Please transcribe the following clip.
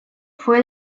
fue